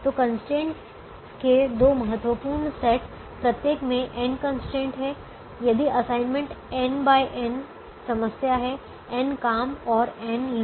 तो कंस्ट्रेंट के दो महत्वपूर्ण सेट प्रत्येक में n कंस्ट्रेंट हैं यदि असाइनमेंट समस्या है n काम और n लोग